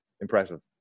Impressive